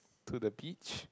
to the beach